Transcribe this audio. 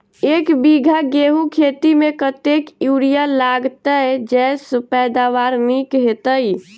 एक बीघा गेंहूँ खेती मे कतेक यूरिया लागतै जयसँ पैदावार नीक हेतइ?